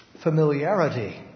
familiarity